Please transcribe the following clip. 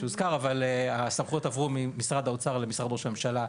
אבל בהחלטת הממשלה הסמכויות עברו משרד האוצר למשרד ראש הממשלה.